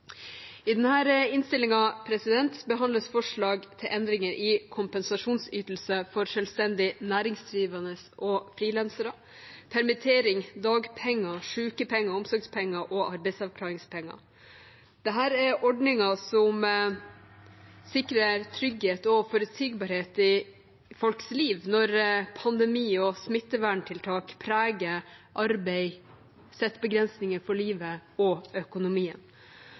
behandles forslag til endringer i kompensasjonsytelse for selvstendig næringsdrivende og frilansere, permittering, dagpenger, sykepenger, omsorgspenger og arbeidsavklaringspenger. Dette er ordninger som sikrer trygghet og forutsigbarhet i folks liv når pandemi og smitteverntiltak preger arbeid og setter begrensninger for livet og økonomien.